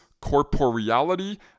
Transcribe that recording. corporeality